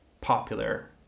popular